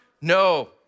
No